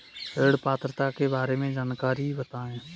ऋण पात्रता के बारे में जानकारी बताएँ?